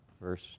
verse